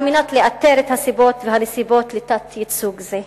על מנת לאתר את הסיבות והנסיבות לתת-ייצוג זה.